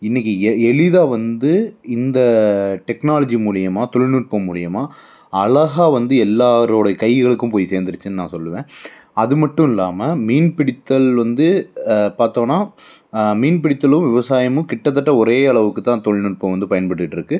இன்றைக்கி எ எளிதாக வந்து இந்த டெக்னாலஜி மூலிமா தொழில்நுட்பம் மூலிமா அழகா வந்து எல்லோரோட கைகளுக்கும் போய் சேர்ந்துருச்சின்னு நான் சொல்லுவேன் அது மட்டும் இல்லாமல் மீன் பிடித்தல் வந்து பார்த்தோன்னா மீன் பிடித்தலும் விவசாயமும் கிட்டத்தட்ட ஒரே அளவுக்கு தான் தொழில்நுட்பம் வந்து பயன்பட்டுட்டுருக்கு